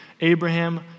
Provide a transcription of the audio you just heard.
Abraham